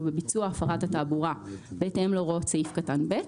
בביצוע הפרת התעבורה בהתאם להוראות סעיף קטן (ב).